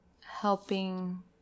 helping